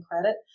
credit